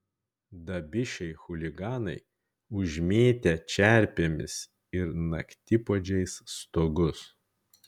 dabišiai chuliganai užmėtę čerpėmis ir naktipuodžiais stogus